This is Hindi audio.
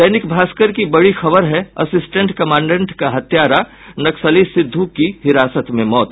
दैनिक भास्कर की बड़ी खबर है अस्सिटेंट कमांडेंट का हत्यारा नक्सली सिद्ध की हिरासत में मौत